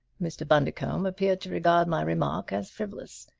mr. bundercombe appeared to regard my remark as frivolous.